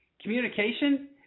communication